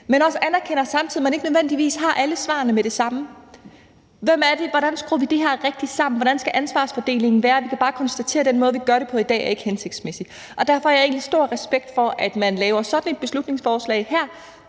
samtidig anerkender, at man ikke nødvendigvis har alle svarene med det samme. Hvem er det? Hvordan skruer vi det her rigtigt sammen? Hvordan skal ansvarsfordelingen være? Vi kan bare konstatere, at den måde, vi gør det på i dag, ikke er hensigtsmæssig. Derfor har jeg egentlig stor respekt for, at man laver sådan et beslutningsforslag her